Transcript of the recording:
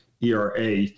era